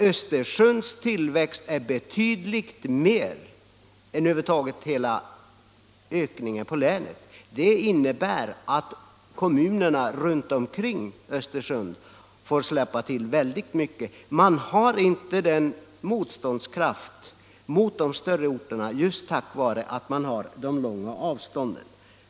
Östersunds tillväxt är betydligt större än ökningen på hela länet. Det innebär att kommunerna runt omkring Östersund får släppa till väldigt mycket. De små orterna har ingen motståndskraft gentemot de större, och det beror just på de långa avstånden.